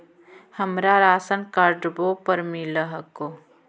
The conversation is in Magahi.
हमरा राशनकार्डवो पर मिल हको?